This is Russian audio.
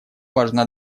важна